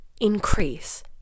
increase